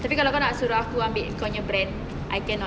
tapi kalau kau nak suruh aku ambil kau nya brand I cannot